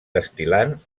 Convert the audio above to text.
destil·lant